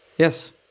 Yes